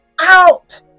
out